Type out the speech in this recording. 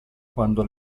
quando